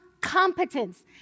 competence